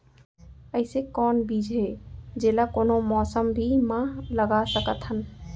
अइसे कौन बीज हे, जेला कोनो मौसम भी मा लगा सकत हन?